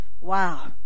Wow